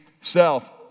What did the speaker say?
self